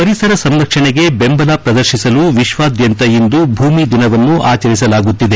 ಪರಿಸರ ಸಂರಕ್ಷಣೆಗೆ ಬೆಂಬಲ ಪ್ರದರ್ಶಿಸಲು ವಿಶ್ವಾದ್ಯಂತ ಇಂದು ಭೂಮಿ ದಿನವನ್ನು ಆಚರಿಸಲಾಗುತ್ತಿದೆ